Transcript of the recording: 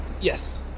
Yes